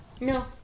No